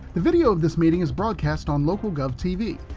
the video of this meeting is broadcast on local gov tv,